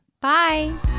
Bye